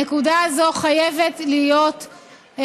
הנקודה הזו חייבת להיות ברורה,